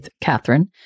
Catherine